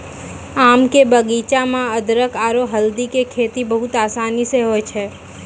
आम के बगीचा मॅ अदरख आरो हल्दी के खेती बहुत आसानी स होय जाय छै